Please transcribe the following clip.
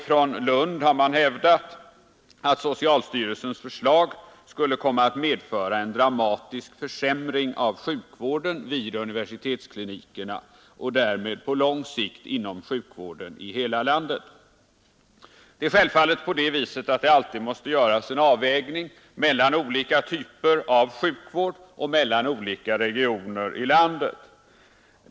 Från Lund har man hävdat att socialstyrelsens förslag skulle komma att medföra en dramatisk försämring av sjukvården vid universitetsklinikerna och därmed på lång sikt inom sjukvården i hela landet. Det måste självfallet alltid göras en avvägning mellan olika typer av sjukvård och mellan olika regioner i landet.